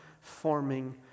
forming